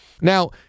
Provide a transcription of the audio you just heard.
Now